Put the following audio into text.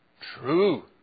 true